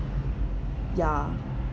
ya